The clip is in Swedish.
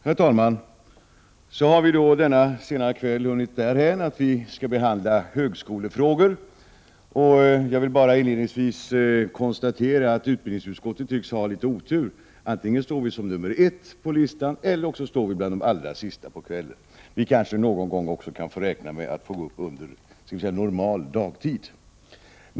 Herr talman! Så har vi då denna sena kväll hunnit därhän att vi skall behandla högskolefrågor. Jag vill bara inledningsvis konstatera att utbildningsutskottet tycks ha litet otur: dess ärenden står antingen först på föredragningslistan eller sist på kvällen. Vi kanske någon gång kunde få räkna med att våra ärenden behandlades också på normal dagtid.